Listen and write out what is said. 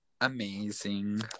amazing